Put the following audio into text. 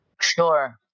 Sure